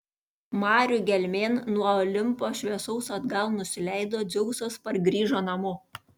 marių gelmėn nuo olimpo šviesaus atgal nusileido dzeusas pargrįžo namo